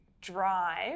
drive